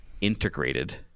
integrated